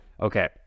Okay